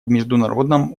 международном